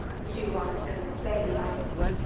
you are still a slave, i see,